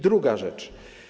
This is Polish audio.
Druga rzecz.